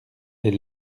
les